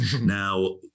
now